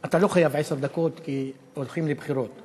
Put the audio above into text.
אתה לא חייב עשר דקות, כי הולכים לבחירות.